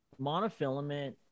monofilament